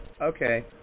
Okay